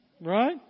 Right